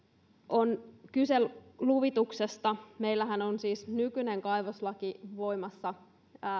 on kyse luvituksesta meillähän on siis nykyinen kaivoslaki voimassa